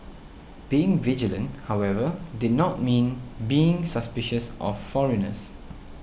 being vigilant however did not mean being suspicious of foreigners